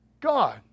God